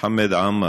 חמד עמאר,